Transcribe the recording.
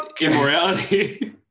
immorality